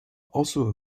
also